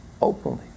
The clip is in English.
openly